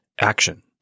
action